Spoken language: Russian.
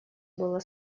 было